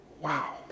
Wow